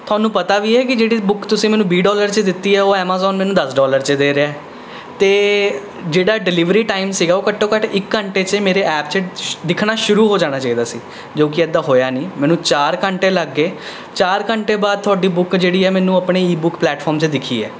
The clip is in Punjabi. ਤੁਹਾਨੂੰ ਪਤਾ ਵੀ ਹੈ ਕਿ ਜਿਹੜੀ ਬੁੱਕ ਤੁਸੀਂ ਮੈਨੂੰ ਵੀਹ ਡੋਲਰ 'ਚ ਦਿੱਤੀ ਹੈ ਉਹ ਐਮਾਜ਼ੋਨ ਮੈਨੂੰ ਦਸ ਡੋਲਰ 'ਚ ਦੇ ਰਿਹਾ ਹੈ ਤੇ ਜਿਹੜਾ ਡਿਲੀਵਰੀ ਟਾਈਮ ਸੀ ਉਹ ਘੱਟੋ ਘੱਟ ਇੱਕ ਘੰਟੇ 'ਚ ਮੇਰੀ ਐਪ 'ਚ ਦਿਖਣਾ ਸ਼ੁਰੂ ਹੋ ਜਾਣਾ ਚਾਹੀਦਾ ਸੀ ਜੋ ਕਿ ਇਦਾਂ ਹੋਇਆ ਨਹੀਂ ਮੈਨੂੰ ਚਾਰ ਘੰਟੇ ਲੱਗ ਗਏ ਚਾਰ ਘੰਟੇ ਬਾਅਦ ਤੁਹਾਡੀ ਬੁੱਕ ਜਿਹੜੀ ਹੈ ਮੈਨੂੰ ਆਪਣੀ ਈ ਬੁੱਕ ਪਲੈਟਫੌਰਮ 'ਚ ਦਿਖੀ ਹੈ